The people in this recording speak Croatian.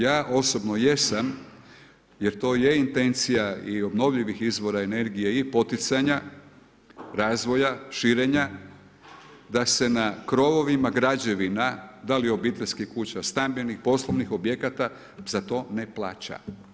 Ja osobno jesam, jer to je intencija i obnovljivih izvora energije i poticanja razvoja širenja, da se na krovovima građevina da li obiteljskih kuća, stambenih, poslovnih objekata za to ne plaća.